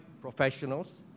professionals